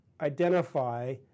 identify